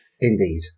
indeed